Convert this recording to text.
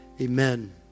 Amen